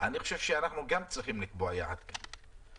אני חושב שאנחנו גם צריכים לקבוע יעד כאן.